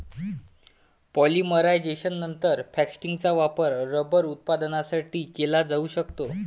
पॉलिमरायझेशननंतर, फॅक्टिसचा वापर रबर उत्पादनासाठी केला जाऊ शकतो